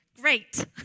Great